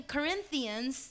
Corinthians